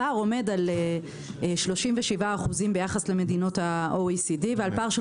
הפער עומד על 37% ביחס למדינות ה-OECD ועל פער של